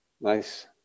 Nice